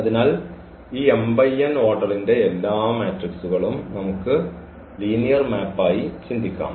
അതിനാൽ ഈ ഓർഡർന്റെ എല്ലാ മെട്രിക്സുകളും നമുക്ക് ലീനിയർ മാപ്പായി ചിന്തിക്കാം